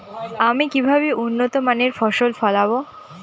আমি কিভাবে উন্নত মানের ফসল ফলাব?